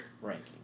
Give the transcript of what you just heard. ranking